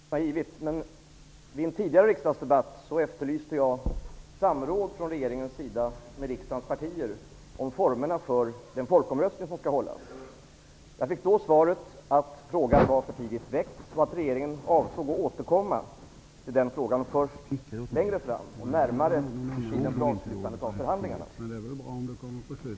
Herr talman! Jag tackar för den redovisning som Europaministern har givit. Vid en tidigare riksdagsdebatt efterlyste jag samråd från regeringens sida med riksdagens partier om formerna för den folkomröstning som skall hållas. Jag fick då svaret att frågan var för tidigt väckt och att regeringen avsåg att återkomma till den frågan först litet längre fram och närmare avslutandet av förhandlingarna.